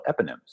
eponyms